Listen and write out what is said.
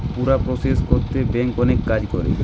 পুরা প্রসেস শেষ কোরতে ব্যাংক অনেক কাজ করে